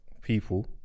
people